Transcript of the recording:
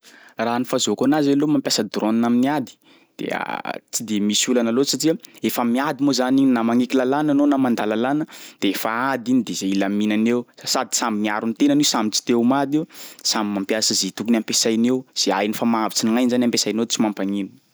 Raha ny fazahoako anazy aloha mampiasa drôna amin'ny ady de tsy de misy olana loatry satsia efa miady moa zany igny na magnaiky lalàna anao na mandà lalàna de efa ady igny de zay ilaminany eo sady samby miaro ny tenany io, samby tsy te ho maty io samby mampiasa zay tokony ampiasainy eo, zay hainy fa mahavotry ny gn'ainy zany ampiasainy eo tsy mampagnino.